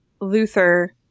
Luther